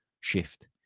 shift